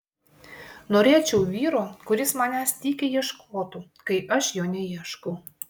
norėčiau vyro kuris manęs tykiai ieškotų kai aš jo neieškau